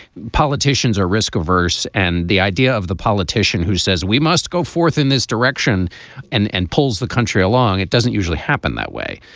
politicians are risk averse. and the idea of the politician who says we must go forth in this direction and and pulls the country along, it doesn't usually happen that way.